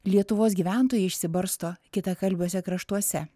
lietuvos gyventojai išsibarsto kitakalbiuose kraštuose